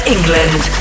England